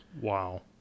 Wow